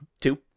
Two